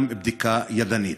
גם בדיקה ידנית.